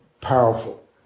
powerful